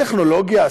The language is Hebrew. טכנולוגיה,